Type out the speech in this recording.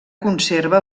conserva